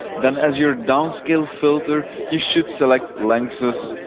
then as your downscale filter, you should select lanczos,